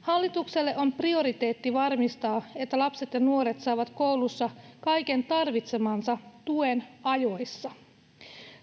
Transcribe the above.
Hallitukselle on prioriteetti varmistaa, että lapset ja nuoret saavat koulussa kaiken tarvitsemansa tuen ajoissa.